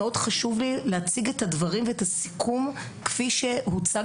מאוד חשוב לי להציג את הדברים ואת הסיכום כפי שהוצג